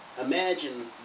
imagine